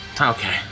Okay